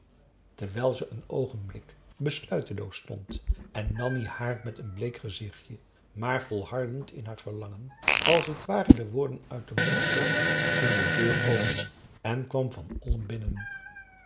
terwijl ze een oogenblik besluiteloos stond en nanni haar met een bleek gezichtje maar volhardend in haar verlangen als het ware de woorden uit den mond keek ging de deur open en kwam van olm